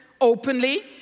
openly